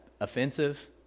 offensive